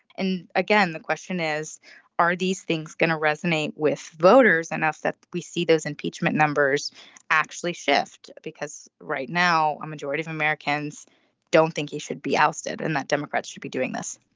and again the question is are these things going to resonate with voters enough that we see those impeachment numbers actually shift because right now a majority of americans don't think he should be ousted and that democrats should be doing this